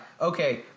okay